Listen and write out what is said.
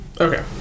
okay